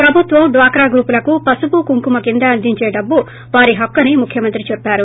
ప్రభుత్యం డ్యాక్రా గ్రూపులకు పసుపు కుంకుమ కింద అందించే డబ్బు వారి హక్కని ముఖ్యమంత్రి చెప్పారు